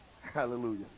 Hallelujah